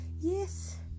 Yes